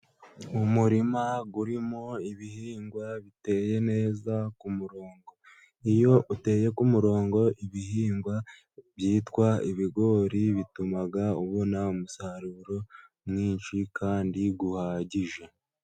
Umurima urimo ibihingwa biteye neza ku murongo, iyo uteye ku murongo ibihingwa byitwa ibigori, bituma ubona umusaruro mwinshi kandi uhagije.